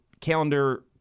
calendar